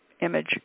image